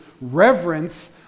reverence